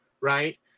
Right